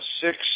six